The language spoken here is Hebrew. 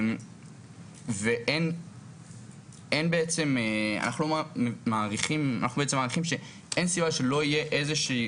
אנחנו בעצם מעריכים שאין סיבה שלא יהיה איזשהן